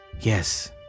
yes